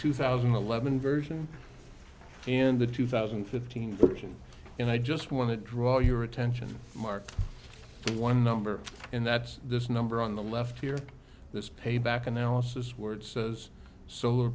two thousand and eleven version and the two thousand and fifteen version and i just want to draw your attention mark one number and that's this number on the left here this payback analysis word says solar